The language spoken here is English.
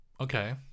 Okay